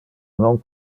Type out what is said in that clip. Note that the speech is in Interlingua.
non